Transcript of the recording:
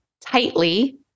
tightly